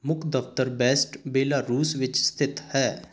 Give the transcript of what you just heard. ਮੁੱਖ ਦਫ਼ਤਰ Brest Belarus ਵਿੱਚ ਸਥਿਤ ਹੈ